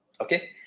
Okay